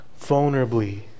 Vulnerably